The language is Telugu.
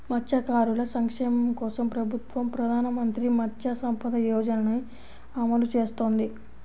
మత్స్యకారుల సంక్షేమం కోసం ప్రభుత్వం ప్రధాన మంత్రి మత్స్య సంపద యోజనని అమలు చేస్తోంది